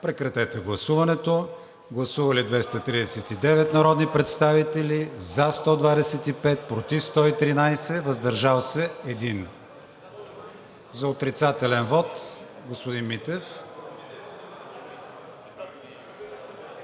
по правилата. Гласували 239 народни представители: за 125, против 113, въздържал се 1. За отрицателен вот – господин Митев.